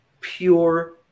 pure